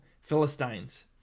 Philistines